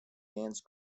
dance